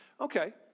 Okay